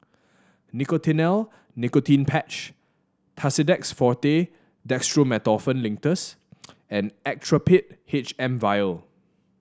Nicotinell Nicotine Patch Tussidex Forte Dextromethorphan Linctus and Actrapid H M vial